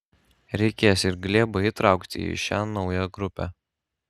reikės ir glėbą įtraukti į šią naują grupę